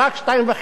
רק 2.5